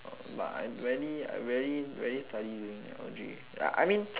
but I rarely I rarely rarely study during L_G I mean